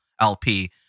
LP